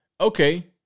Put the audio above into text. Okay